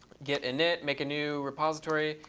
get init, make a new repository,